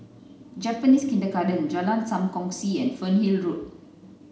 Japanese Kindergarten Jalan Sam Kongsi and Fernhill Road